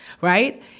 Right